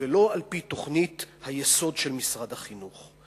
ולא על-פי תוכנית היסוד של משרד החינוך.